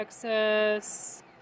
Texas